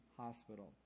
hospital